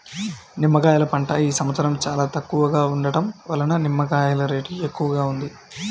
నిమ్మకాయల పంట ఈ సంవత్సరం చాలా తక్కువగా ఉండటం వలన నిమ్మకాయల రేటు ఎక్కువగా ఉంది